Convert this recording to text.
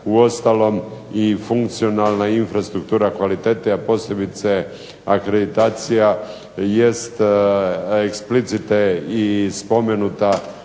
Uostalom i funkcionalna infrastruktura kvalitete, a posebice akreditacija jest eksplicite i spomenuta